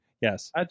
Yes